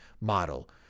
model